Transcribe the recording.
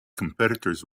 competitors